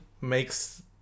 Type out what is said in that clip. makes